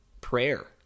prayer